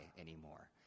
anymore